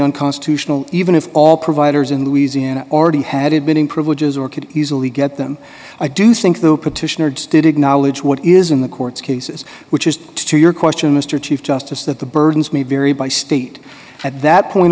unconstitutional even if all providers in louisiana already had it been in privileges or could easily get them i do think though petitioner did acknowledge what is in the court's cases which is to your question mr chief justice that the burdens may vary by state at that point